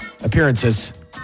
appearances